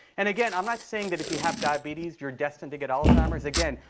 and again, i'm not saying that if you have diabetes, you're destined to get alzheimer's. again,